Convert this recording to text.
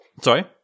Sorry